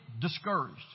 discouraged